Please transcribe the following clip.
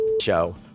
show